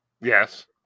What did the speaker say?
Yes